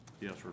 yes